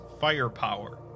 firepower